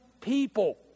people